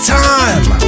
time